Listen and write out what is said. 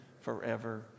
forever